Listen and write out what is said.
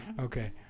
Okay